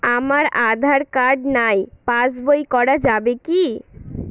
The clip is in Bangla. আমার আঁধার কার্ড নাই পাস বই করা যাবে কি?